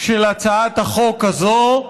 של הצעת החוק הזאת,